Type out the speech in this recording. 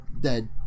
dead